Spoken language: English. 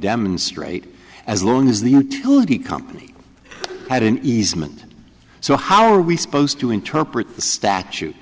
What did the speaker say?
demonstrate as long as the utility company had an easement so how are we supposed to interpret the statute